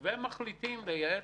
אבל אני מצטער, אני בא לייצג